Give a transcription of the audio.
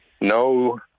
no